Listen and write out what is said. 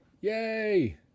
Yay